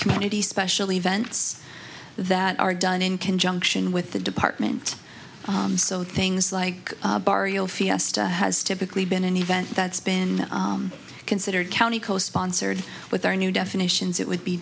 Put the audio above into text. community special events that are done in conjunction with the department so things like barrio fiesta has typically been an event that's been considered county co sponsored with our new definitions it would be